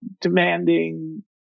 demanding